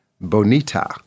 Bonita